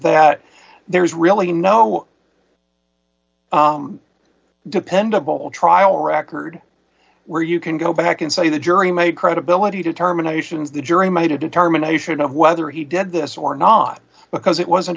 that there is really no dependable trial record where you can go back and say the jury made credibility determinations the jury might have determination of whether he did this or not because it wasn't